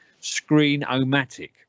Screen-O-Matic